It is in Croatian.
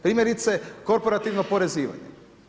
Primjerice korporativno oporezivanje.